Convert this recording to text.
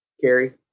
Carrie